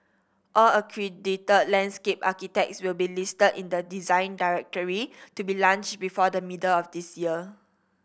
all accredited landscape architects will be listed in the Design Directory to be launched before the middle of this year